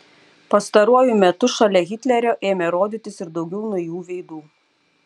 pastaruoju metu šalia hitlerio ėmė rodytis ir daugiau naujų veidų